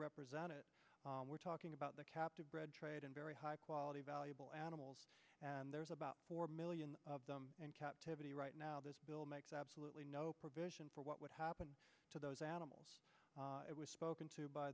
represent it we're talking about the captive bred trade and very high quality valuable animals and there's about four million of them in captivity right now this bill makes absolutely no provision for what would happen to those animals spoken to b